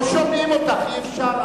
לא שומעים אותךְ, אי-אפשר.